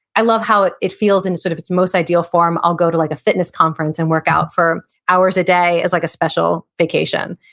i love how it it feels in sort of its most ideal form, i'll go to like a fitness conference and work out for hours a day as like a special vacation.